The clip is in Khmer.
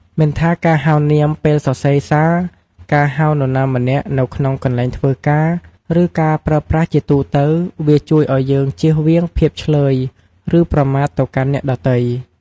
មិនថាការហៅនាមពេលសរសេរសារ ការហៅនរណាម្នាក់នៅក្នុងកន្លែងធ្វើការ ឬការប្រើប្រាស់ជាទូទៅ វាជួយឲ្យយើងជៀសវាងភាពឈ្លើយឬប្រមាថទៅកាន់អ្នកដទៃ។